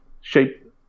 shape